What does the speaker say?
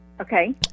Okay